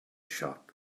shop